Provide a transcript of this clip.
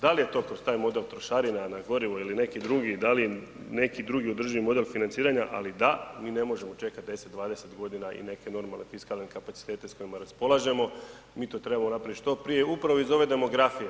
Da li je to kroz taj model trošarina na gorivo ili neki drugi, da li neki drugi održivi model financiranja ali da, mi ne možemo čekat 10, 20 g. i neke normalne fiskalne kapacitete s kojima raspolažemo, mi to trebamo napraviti što prije upravo iz ove demografije.